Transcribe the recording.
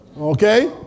Okay